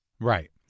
Right